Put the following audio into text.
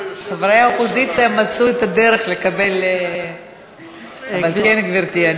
חברי האופוזיציה מצאו את הדרך לקבל, כן, גברתי.